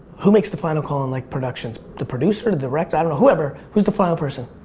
who makes the final call on like productions, the producer, the director? i don't know, whoever, who's the final person?